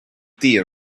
tea